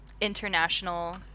international